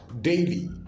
daily